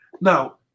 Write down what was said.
Now